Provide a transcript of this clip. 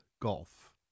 golf